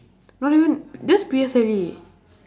not even just P_S_L_E